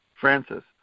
Francis